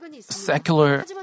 secular